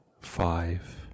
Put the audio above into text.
five